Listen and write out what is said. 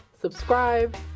subscribe